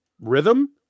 rhythm